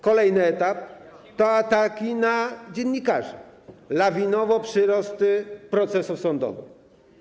Kolejny etap to ataki na dziennikarzy, lawinowe przyrosty procesów sądowych.